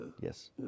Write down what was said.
Yes